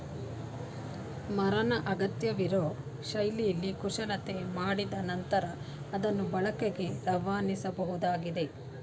ಮರನ ಅಗತ್ಯವಿರೋ ಶೈಲಿಲಿ ಕುಶಲತೆ ಮಾಡಿದ್ ನಂತ್ರ ಅದ್ನ ಬಳಕೆಗೆ ರವಾನಿಸಬೋದಾಗಿದೆ